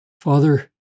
Father